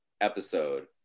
episode